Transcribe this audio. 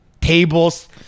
tables